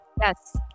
Yes